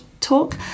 talk